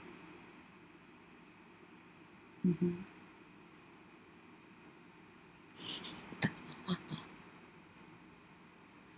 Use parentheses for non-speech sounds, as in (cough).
mmhmm (laughs)